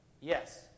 Yes